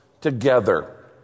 together